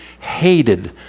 hated